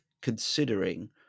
considering